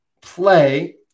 play